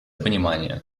понимание